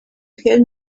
had